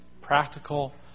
practical